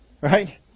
Right